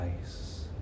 ice